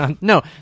No